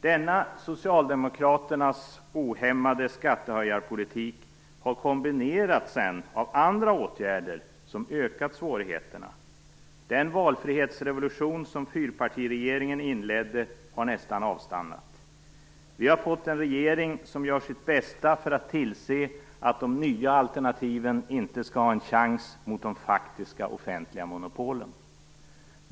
Denna Socialdemokraternas ohämmade skattehöjarpolitik har sedan kombinerats med andra åtgärder som ökat svårigheterna. Den valfrihetsrevolution som fyrpartiregeringen inledde har nästan avstannat. Vi har fått en regering som gör sitt bästa för att tillse att de nya alternativen inte skall ha en chans mot de offentliga monopolen.